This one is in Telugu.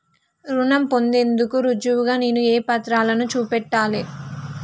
రుణం పొందేందుకు రుజువుగా నేను ఏ పత్రాలను చూపెట్టాలె?